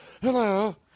Hello